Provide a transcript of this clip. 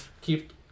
Keep